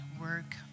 work